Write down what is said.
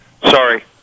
sorry